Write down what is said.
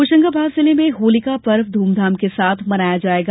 होशंगाबाद जिले में होलिका पर्व धूमधाम से मनाया जायेगा